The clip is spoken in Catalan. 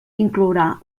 inclourà